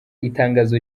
itangazo